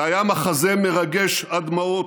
זה היה מחזה מרגש עד דמעות,